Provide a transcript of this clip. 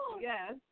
Yes